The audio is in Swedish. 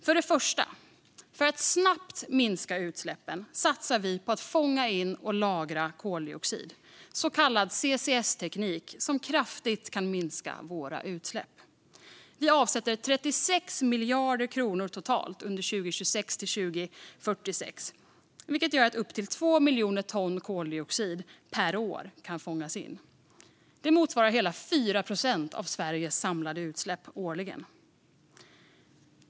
För det första: För att snabbt minska utsläppen satsar vi på att fånga in och lagra koldioxid genom så kallad CCS-teknik som kraftigt kan minska våra utsläpp. Vi avsätter 36 miljarder kronor totalt under 2026-2046, vilket gör att upp till 2 miljoner ton koldioxid per år kan fångas in. Det motsvarar hela 4 procent av Sveriges samlade utsläpp årligen.